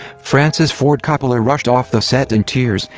francis ford coppola rushed off the set in tears,